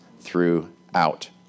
throughout